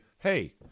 Hey